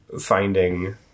finding